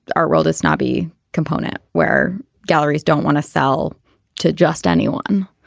our world is snobby component where galleries don't want to sell to just anyone